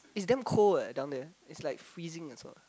it's damn cold leh down there it's like freezing as well